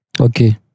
Okay